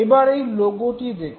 এবার এই লোগটি দেখুন